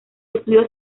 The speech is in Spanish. estudio